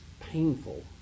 painful